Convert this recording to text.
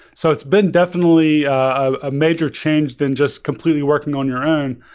so it's been definitely a major change than just completely working on your own.